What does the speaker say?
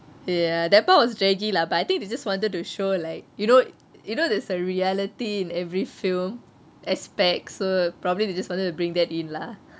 ya that part was draggy lah but I think they just wanted to show like you know you know there's a reality in every film aspects so probably they just wanted to bring that in lah